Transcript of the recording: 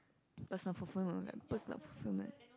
personal fulfilment like personal fulfilment